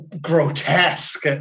grotesque